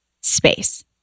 space